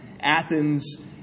Athens